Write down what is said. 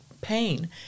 pain